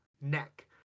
neck